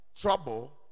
trouble